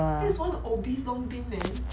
this is one obese long bean man